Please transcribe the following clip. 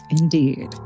Indeed